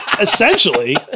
essentially